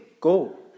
go